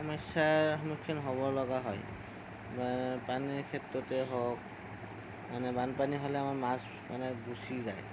সমস্যাৰ সন্মুখীন হ'ব লগা হয় মানে পানীৰ ক্ষেত্ৰতে হওক মানে বানপানী হ'লে আমাৰ মাছ গুচি যায়